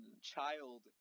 child